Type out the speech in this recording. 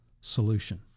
solution